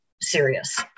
serious